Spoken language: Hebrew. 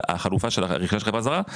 החלופה של רכישת חברה זרה,